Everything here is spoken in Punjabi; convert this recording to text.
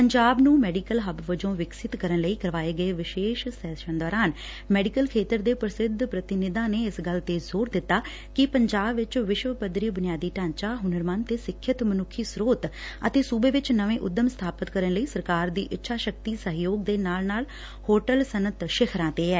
ਪੰਜਾਬ ਨੂੰ ਮੈਡੀਕਲ ਹੱਬ ਵਜੋਂ ਵਿਕਸਿਤ ਕਰਨ ਲਈ ਕਰਵਾਏ ਗਏ ਵਿਸ਼ੇਸ਼ ਸੈਸ਼ਨ ਦੌਰਾਨ ਮੈਡੀਕਲ ਖੇਤਰ ਦੇ ਪ੍ਰਸਿੱਧ ਪ੍ਰਤੀਨਿਧਾਂ ਨੇ ਇਸ ਗੱਲ ਤੇ ਜ਼ੋਰ ਦਿੱਤਾ ਕਿ ਪੰਜਾਬ ਵਿਚ ਵਿਸ਼ਵ ਪੱਧਰੀ ਬੁਨਿਆਦੀ ਢਾਚਾ ਹੁਨਰਮੰਦ ਤੇ ਸਿੱਖਿਅਤ ਮਨੁੱਖੀ ਸ੍ਰੋਤ ਅਤੇ ਸੂਬੇ ਵਿਚ ਨਵੇਂ ਉਂਦਮ ਸਬਾਪਿਤ ਕਰਨ ਲਈ ਸਰਕਾਰ ਦੀ ਇੱਛਾ ਸ਼ਕਤੀ ਸਹਿਯੋਗ ਦੇ ਨਾਲ ਨਾਲ ਹੋਟਲ ਸਨਅਤ ਸਿਖਰਾਂ ਤੇ ਐ